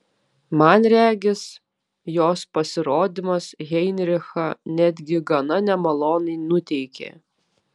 man regis jos pasirodymas heinrichą netgi gana nemaloniai nuteikė